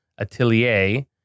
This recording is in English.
Atelier